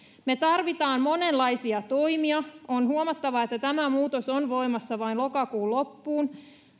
me tarvitsemme monenlaisia toimia on huomattava että tämä muutos on voimassa vain lokakuun loppuun